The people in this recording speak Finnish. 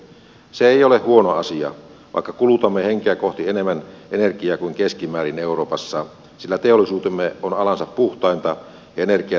se ei ole huono asia vaikka kulutamme henkeä kohti enemmän energiaa kuin keskimäärin euroopassa sillä teollisuutemme on alansa puhtainta ja energiatehokkainta